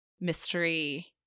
mystery